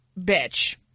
bitch